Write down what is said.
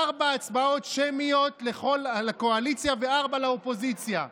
ארבע הצבעות שמיות לקואליציה וארבע לאופוזיציה.